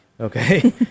okay